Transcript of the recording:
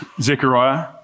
Zechariah